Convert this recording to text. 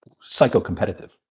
psycho-competitive